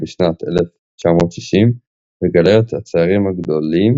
בשנת 1960 וגלריית הציירים הגדולים